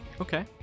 Okay